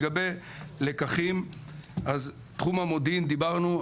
לגבי לקחים, אז תחום המודיעין, דיברנו.